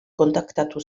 kontaktatu